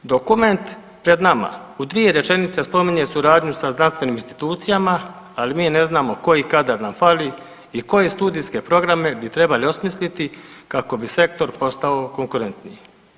Dokument pred nama u dvije rečenice spominje suradnju sa znanstvenim institucijama, ali mi ne znamo tko i kada nam fali i koje studijske programe bi trebali osmisliti kako bi sektor postao konkurentniji.